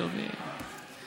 שומעים, שומעים, שומעים.